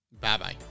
Bye-bye